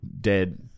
dead